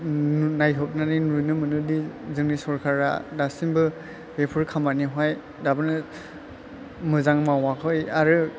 नायहरनानै नुनो मोनोदि जोंनि सरखारा दासिमबो बेफोर खामानियाव हाय दाबोनो मोजां मावाखै आरो